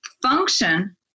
function